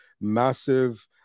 massive